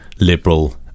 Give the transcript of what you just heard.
liberal